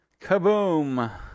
Kaboom